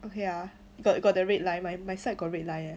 okay ah you got you got the red line my my side got red line eh